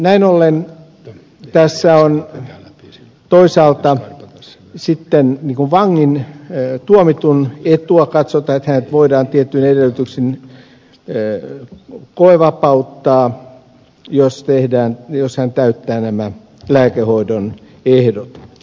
näin ollen tässä toisaalta katsotaan tuomitun etua siten että hänet voidaan tietyin edellytyksin koevapauttaa jos hän täyttää nämä lääkehoidon ehdot